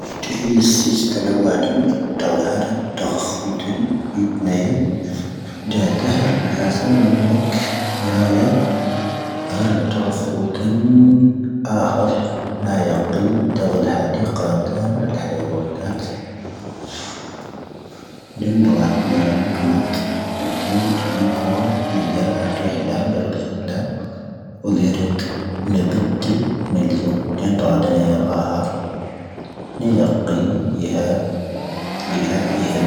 ⵉⵀⴰ ⵉⵀⴰ ⵏ'ⵉⴷⵎⵉⴳ ⵓⵍ ⴽⴰⴼⴰ ⵣⴰⴷ